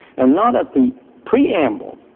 and not at the preamble,